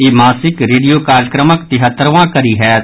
ई मासिक रेडियो कार्यक्रमक तिहत्तरवां कड़ी होयत